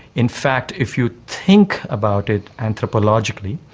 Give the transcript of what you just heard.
in fact if you think about it anthropologically,